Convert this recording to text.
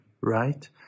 right